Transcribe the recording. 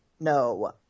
No